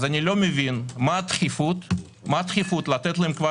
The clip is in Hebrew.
אני לא יכול להבין הה הדחיפות לתת להן כבר